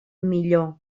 millor